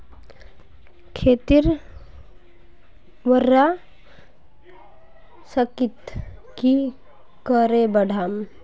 खेतीर उर्वरा शक्ति की करे बढ़ाम?